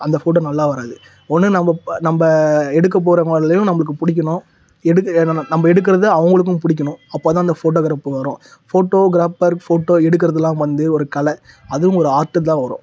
அந்த ஃபோட்டோ நல்லா வராது ஒன்று நம்ம இப்போ நம்ம எடுக்க போகிறவங்களையும் நம்மளுக்கு பிடிக்கணும் எடுக்க நம்ம எடுக்கிறது அவங்களுக்கும் பிடிக்கணும் அப்போ தான் அந்த ஃபோட்டோக்ராபு வரும் ஃபோட்டோக்ராபர் ஃபோட்டோ எடுக்கிறதுலாம் வந்து ஒரு கலை அதுவும் ஒரு ஆர்ட்டில் தான் வரும்